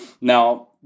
Now